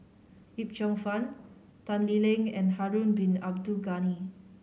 Yip Cheong Fun Tan Lee Leng and Harun Bin Abdul Ghani